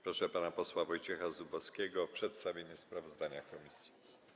Proszę pana posła Wojciecha Zubowskiego o przedstawienie sprawozdania komisji.